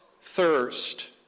thirst